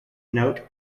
note